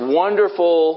wonderful